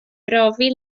brofi